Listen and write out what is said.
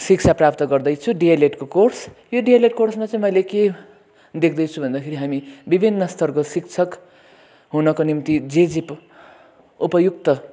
शिक्षा प्राप्त गर्दैछु डिएलएडको कोर्स यो डिएलएड कोर्समा चाहिँ मैले के देख्दैछु भन्दाखेरि हामी विभिन्न स्तरको शिक्षक हुनको निम्ति जे जे पनि उपयुक्त